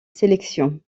sélection